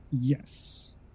Yes